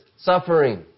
suffering